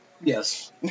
Yes